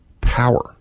Power